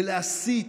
ולהסית,